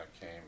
came